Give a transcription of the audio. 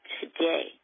today